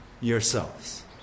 yourselves